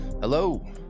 Hello